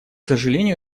сожалению